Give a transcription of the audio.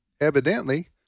evidently